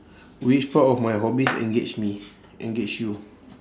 which part of my hobbies engage me engage you